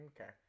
Okay